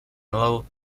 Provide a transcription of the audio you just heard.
low